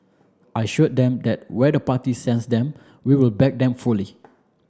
I assured them that where the party sends them we will back them fully